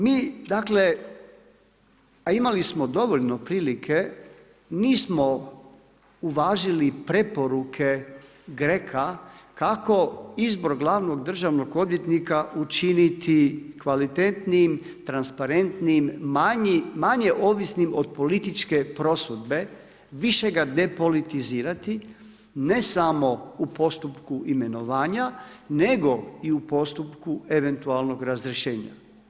Mi dakle a imali smo dovoljno prilike, nismo uvažili preporuke GREC-a kako izbor glavnog državnog odvjetnika učiniti kvalitetnijim, transparentnijim, manje ovisnim od političke prosudbe, više ga depolitizirati ne samo u postupku imenovanja, nego i u postupku eventualnog razrješenja.